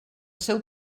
seu